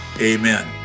amen